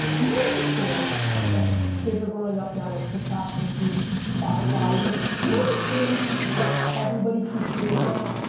do you understand that kids are growing up now with tiktok, youtube, spotify. like, do you understand that everybody can create now?